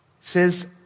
says